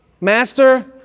Master